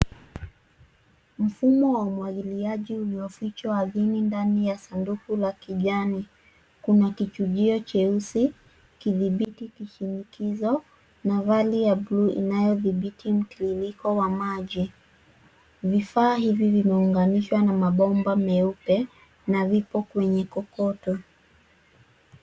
Mfumo wa umwagiliaji uliofichwa ardhini ndani ya sanduku la kijani. Kuna kichujio cheusi, kidhibiti kizungukizo na vali ya bluu inayodhibiti mtiririko wa maji. Vifaa hivi vimeunganishwa na mabomba meupe na vipo kwenye kokoto.